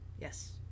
Yes